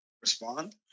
respond